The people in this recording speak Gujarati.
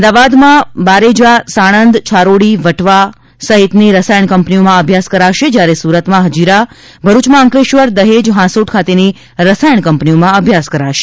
અમદાવાદ બારેજા સાણંદ છારોડી વટવા ઓખા સહિતની રસાયણ કંપનીઓમાં આ અભ્યાસ કરાશે જ્યારે સુરતમાં હજીરા ભરૂચમાં અંકલેશ્વર દહેજ હાંસોટ ખાતેની રસાયણ કંપનીઓમાં આ અભ્યાસ કરાશે